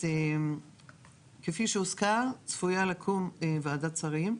כפי שהוזכר, צפויה לקום וועדת שרים,